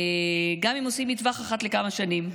גם אם עושים מטווח אחת לכמה שנים.